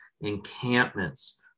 encampments